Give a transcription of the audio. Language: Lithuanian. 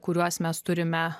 kuriuos mes turime